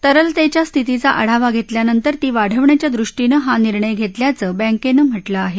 तरलतेच्या स्थितीचा आढावा घेतल्यानंतर ती वाढवण्याच्या दृष्टीनं हा निर्णय घेतल्याचं बॅकेनं म्हटलं आहे